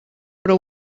però